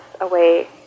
away